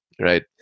right